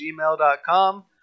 gmail.com